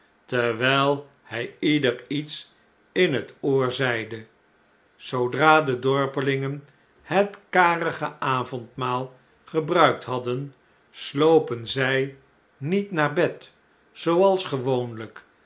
terwjjl hjj ieder iets in het oor zeide zoodra de dorpelingen het karige avondmaal gebruikt hadden slopen zy niet naar bed zooals gewoonlijk